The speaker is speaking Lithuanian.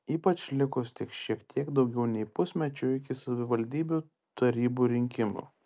ypač likus tik šiek tiek daugiau nei pusmečiui iki savivaldybių tarybų rinkimų